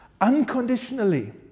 unconditionally